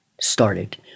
started